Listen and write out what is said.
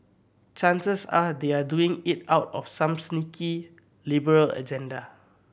chances are they are doing it out of some sneaky liberal agenda